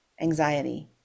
anxiety